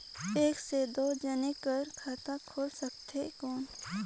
एक से दो जने कर खाता खुल सकथे कौन?